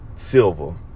Silver